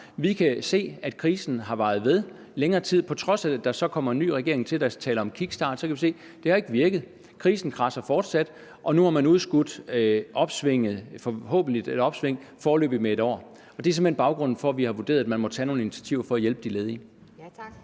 Vi kan se, at krisen har varet ved i længere tid. På trods af at der så er kommet en ny regering, der taler om kickstart, til, kan vi se, det ikke har virket. Krisen kradser fortsat, og nu har man udskudt det forhåbentlige opsving foreløbig med 1 år. Det er simpelt hen baggrunden for, at vi har vurderet, at man må tage nogle initiativer for at hjælpe de ledige.